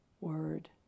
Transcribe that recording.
word